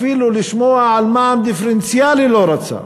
אפילו לשמוע על מע"מ דיפרנציאלי לא רצה.